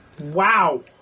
Wow